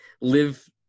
live